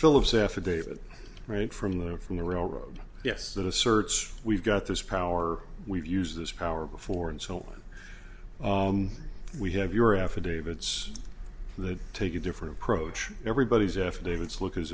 philips affidavit right from the from the railroad yes that asserts we've got this power we've used this power before and so on we have your affidavits that take a different approach everybody's affidavits look as